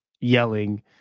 yelling